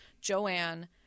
joanne